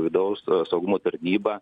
vidaus saugumo tarnyba